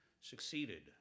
succeeded